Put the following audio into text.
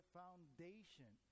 foundation